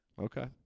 Okay